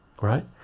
right